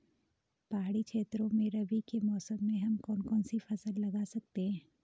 पहाड़ी क्षेत्रों में रबी के मौसम में हम कौन कौन सी फसल लगा सकते हैं?